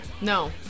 No